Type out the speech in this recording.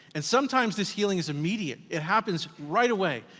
and sometimes this healing is immediate, it happens right away,